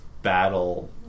battle